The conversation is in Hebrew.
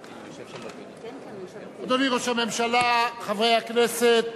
אדוני ראש הממשלה, חברי הכנסת,